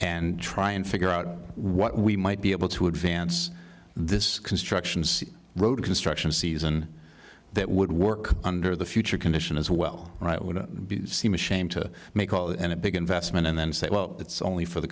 and try and figure out what we might be able to advance this constructions road construction season that would work under the future condition as well right would be seem a shame to make all in a big investment and then say well it's only for the